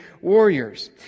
warriors